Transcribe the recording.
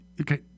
okay